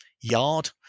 yard